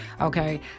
okay